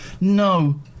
No